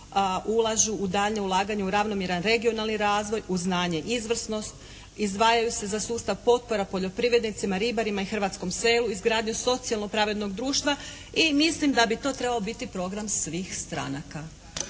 ulaže u daljnje ulaganje u ravnomjeran regionalni razvoj u znanje izvrsnost, izdvajaju se za sustav potpora poljoprivrednicima, ribarima i hrvatskom selu, izgradnja socijalno pravednog društva i mislim da bi to trebao biti program svih stranaka.